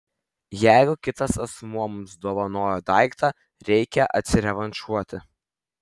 jeigu kitas asmuo mums dovanojo daiktą reikia atsirevanšuoti